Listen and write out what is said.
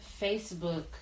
Facebook